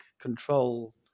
control